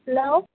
hello